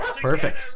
Perfect